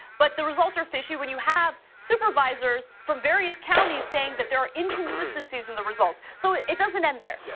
but the results are fishy when you have supervisors from various counties saying that there are inconsistencies in the results, so it doesn't end there. yeah